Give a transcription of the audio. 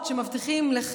אתם לא תלמדו אותנו מה זה,